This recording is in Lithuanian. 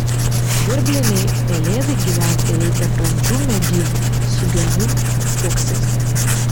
žvirblinei pelėdai gyventi reikia brandžių medynų su genių uoksais